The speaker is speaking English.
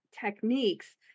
techniques